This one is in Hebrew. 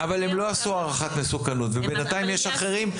--- אבל הם לא עשו הערכת מסוכנות ובינתיים יש אחרים.